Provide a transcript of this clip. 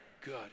Good